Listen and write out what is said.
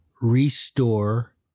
restore